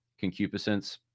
concupiscence